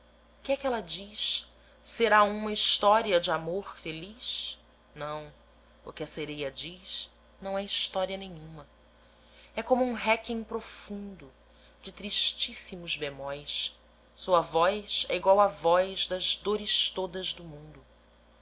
é que ela diz será uma história de amor feliz não o que a sereia diz não é história nenhuma é como um requiem profundo de tristíssimos bemóis sua voz é igual à voz das dores todas do mundo